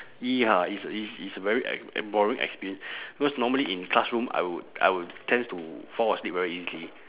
ya it's it's it's very e~ boring experience cause normally in classrooms I would I would tends to fall asleep very easily